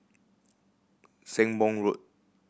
Sembong Road